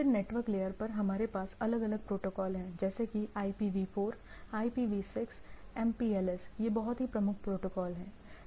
फिर network layer पर हमारे पास अलग अलग प्रोटोकॉल हैं जैसे कि आईपीवी4 आईपीवी6 एमपीएलएस ये बहुत ही प्रमुख प्रोटोकॉल हैं